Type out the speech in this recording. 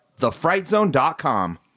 thefrightzone.com